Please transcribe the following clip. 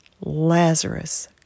Lazarus